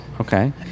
Okay